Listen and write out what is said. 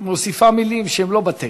מוסיפה מילים שהן לא בטקסט.